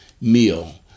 meal